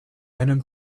venom